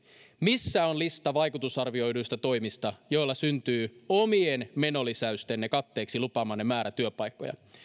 missä on lista vaikutusarvioiduista toimista joilla syntyy omien menolisäystenne katteeksi lupaamanne määrä työpaikkoja